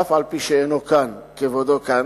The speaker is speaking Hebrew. אף-על-פי שאינו כאן, כבודו כאן.